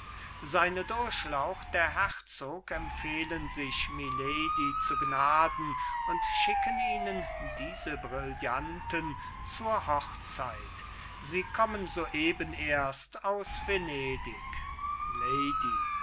seine durchlaucht der herzog empfehlen sich milady zu gnaden und schicken ihnen diese brillanten zur hochzeit sie kommen so eben erst aus venedig lady